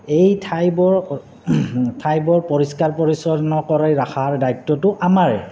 এই ঠাইবোৰ ঠাইবোৰ পৰিষ্কাৰ পৰিচ্ছন্ন কৰি ৰাখাৰ দায়িত্বটো আমাৰে